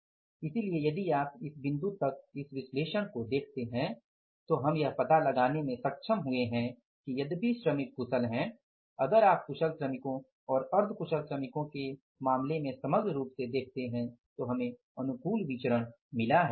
इसलिए यदि आप इस बिंदु तक इस विश्लेषण को देखते हैं तो हम यह पता लगाने में सक्षम हैं हुए कि यद्यपि श्रमिक कुशल हैं अगर आप कुशल श्रमिकों और अर्ध कुशल श्रमिकों के मामले में समग्र रूप से देखते हैं तो हमें अनुकूल विचरण मिला है